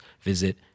visit